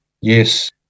Yes